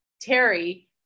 Terry